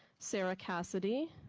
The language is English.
sarah cassidy,